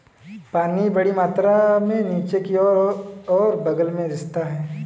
पानी बड़ी मात्रा में नीचे की ओर और बग़ल में रिसता है